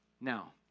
Now